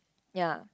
ya